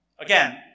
Again